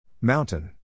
Mountain